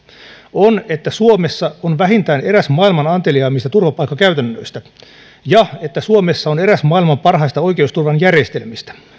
on että suomessa on vähintään eräs maailman anteliaimmista turvapaikkakäytännöistä ja että suomessa on eräs maailman parhaista oikeusturvajärjestelmistä